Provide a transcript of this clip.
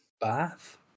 Bath